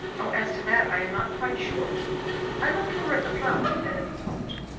oh, as to that i am not quite sure i looked more at the flower than at the pot.